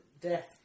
death